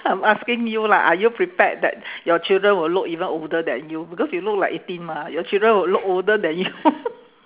I'm asking you lah are you prepared that your children will look even older than you because you look like eighteen mah your children will look older than you